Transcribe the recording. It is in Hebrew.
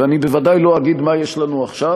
ואני בוודאי לא אגיד מה יש לנו עכשיו,